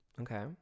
Okay